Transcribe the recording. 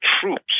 troops